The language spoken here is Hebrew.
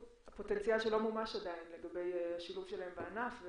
פוטנציאל שלא מומש עדיין לגבי השילוב שלהם בענף,